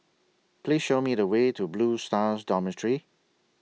Please Show Me The Way to Blue Stars Dormitory